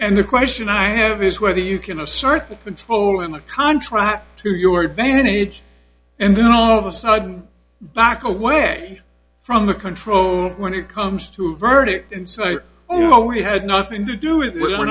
and the question i have is whether you can assert that control in a contract to your advantage and then all of a sudden back away from the control when it comes to a verdict and say oh it had nothing to do is when